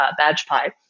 BadgePie